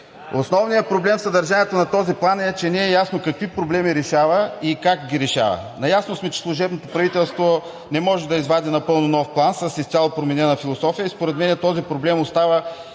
Основният проблем в съдържанието на този план е, че не е ясно какви проблеми решава и как ги решава. Наясно сме, че служебното правителство не може да извади напълно нов план, с изцяло променена философия, и според мен този проблем остава